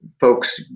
folks